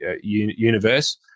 universe